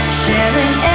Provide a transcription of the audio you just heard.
sharing